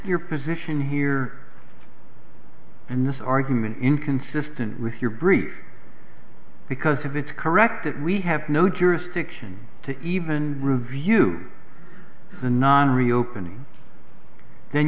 your position here and this argument inconsistent with your brief because of it's correct that we have no jurisdiction to even review the non reopening then